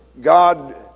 God